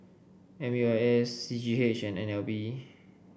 M U I S C G H and N L B